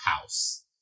house